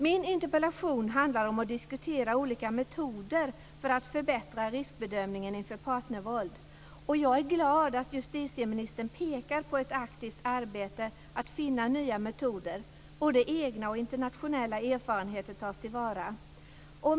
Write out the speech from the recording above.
Min interpellation handlar om olika metoder för att förbättra riskbedömningen inför partnervåld. Jag är glad att justitieministern pekar på ett aktivt arbete för att finna nya metoder, både egna och internationella erfarenheter tas till vara.